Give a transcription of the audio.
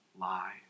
lie